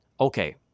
Okay